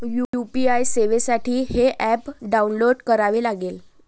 UPI सेवेसाठी हे app download करावे लागेल